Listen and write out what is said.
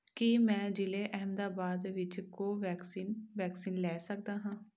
ਕੀ ਮੈਂ ਜ਼ਿਲ੍ਹੇ ਅਹਿਮਦਾਬਾਦ ਵਿੱਚ ਕੋਵੈਕਸਿਨ ਵੈਕਸੀਨ ਲੈ ਸਕਦਾ ਹਾਂ